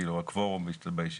כאילו הקוורום בישיבות.